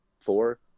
four